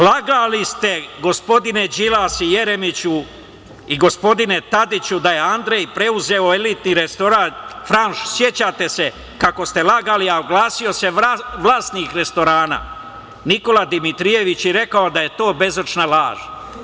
Lagali ste, gospodine Đilas i Jeremiću i gospodine Tadiću da je Andrej preuzeo elitni restoran „Franš“, sećate se kako ste lagali, a oglasio se vlasnik restorana Nikola Dimitrijević i rekao da je bezočna laž.